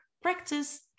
practice